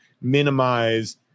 minimize